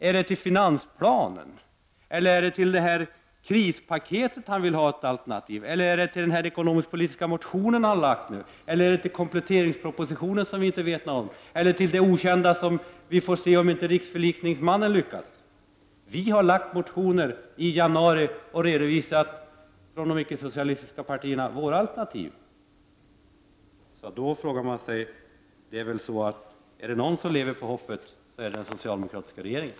Är det till finansplanen eller till det här krispaketet som finansministern vill ha ett alternativ? Eller är det till den ekonomisk-politiska proposition som nu har lagts fram, till kompletteringspropositionen som vi inte vet någonting om, eller till det okända som vi får se om inte riksförlikningsmannen lyckas? Vi i de icke-socialistiska partierna har redovisat våra alternativ i våra motioner i januari. Är det någon som lever på hoppet så är det väl den socialdemo kratiska regeringen.